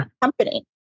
company